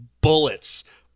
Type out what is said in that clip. bullets